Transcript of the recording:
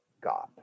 God